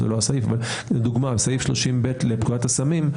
סעיף 30(ב) לפקודת הסמים,